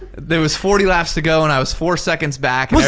there was forty laps to go and i was four seconds back. and yeah